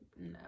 No